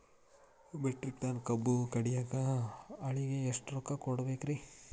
Metric ton ಕಬ್ಬು ಕಡಿಯಾಕ ಆಳಿಗೆ ಎಷ್ಟ ರೊಕ್ಕ ಕೊಡಬೇಕ್ರೇ?